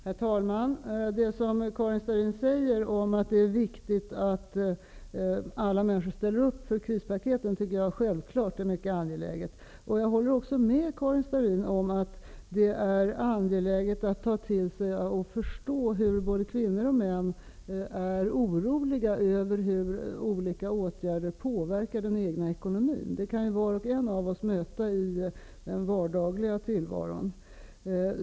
Herr talman! Karin Starrin säger att det är viktigt att alla människor ställer upp för krispaketen, och också jag tycker självfallet att det är mycket angeläget. Jag håller också med Karin Starrin om att det är angeläget att ta till sig och förstå att både kvinnor och män är oroliga över hur olika åtgärder påverkar den egna ekonomin. Denna oro kan var och en av oss möta i den vardagliga tillvaron.